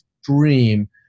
extreme